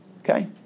Okay